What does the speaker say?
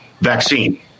vaccine